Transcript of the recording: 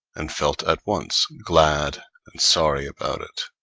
and felt at once glad and sorry about it.